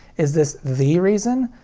is this the reason?